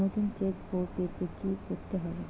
নতুন চেক বই পেতে কী করতে হবে?